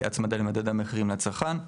הצמדה למדד המחירים לצרכן.